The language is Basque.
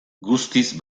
guztiz